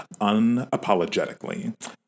unapologetically